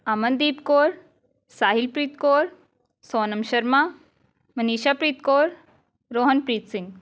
Amandeep Kaur Sahilpreet Kaur Sonam Sharma Manishapreet Kaur Rohanpreet Singh